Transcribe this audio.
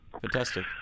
Fantastic